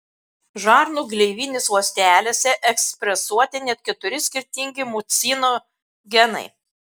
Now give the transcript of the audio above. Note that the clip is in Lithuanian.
žarnų gleivinės ląstelėse ekspresuoti net keturi skirtingi mucinų genai